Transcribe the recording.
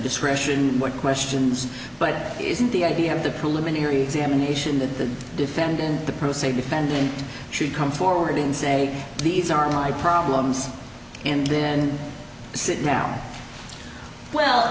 discretion what questions but isn't the idea of the preliminary examination that the defendant the pro se defendant should come forward and say these are my problems and then sit now well